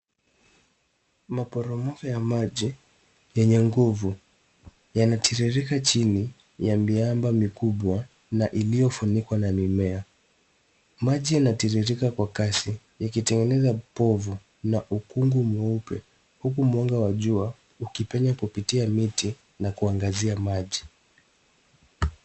Maporomoko ya maji yenye nguvu yanatiririka chini ya miamba mikubwa na iliyofunikwa na mimea. Maji yanatiririka kwa kasi yakitengeneza povu na ukungu mweupe huku mwanga wa jua ukipenya kupitia miti na kuangazia maji.